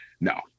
no